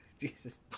Jesus